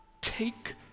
take